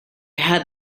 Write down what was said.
had